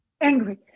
angry